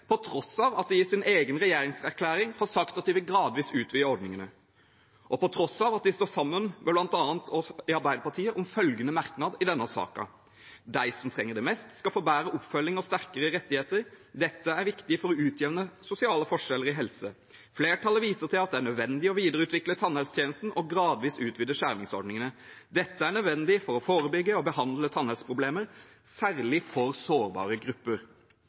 på tross av at de i sin egen regjeringserklæring har sagt at de vil gradvis utvide ordningene, og på tross av at de står sammen med bl.a. oss i Arbeiderpartiet om følgende merknad i denne saken: det er de som trenger det mest som skal få bedre oppfølging og sterkere rettigheter, og at dette er viktig for å utjevne sosiale forskjeller i helse. Flertallet viser til at det er nødvendig å videreutvikle tannhelsetjenesten, og gradvis utvide skjermingsordningene. Dette er nødvendig for å forebygge og behandle tannhelseproblemer, særlig for sårbare grupper.»